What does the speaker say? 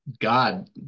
God